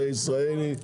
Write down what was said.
זה ישראלי.